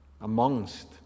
amongst